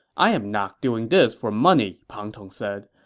i am not doing this for money, pang tong said.